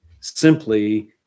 simply